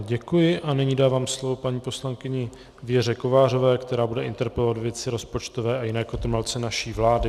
Děkuji a nyní dávám slovo paní poslankyni Věře Kovářové, která bude interpelovat ve věci rozpočtové a jiné kotrmelce naší vlády.